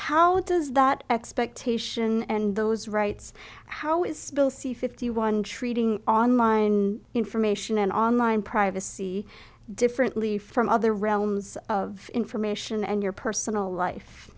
how does that expectation and those rights how is bill c fifty one treating online information and online privacy differently from other realms of information and your personal life